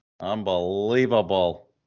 unbelievable